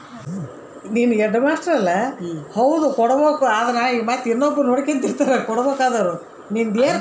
Account open ಮಾಡಲು nominee ಹೆಸರು ಕಡ್ಡಾಯವಾಗಿ ಕೊಡಬೇಕಾ?